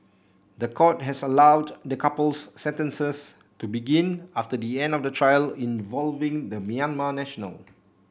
the court has allowed the couple's sentences to begin after the end of the trial involving the Myanmar national